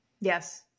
Yes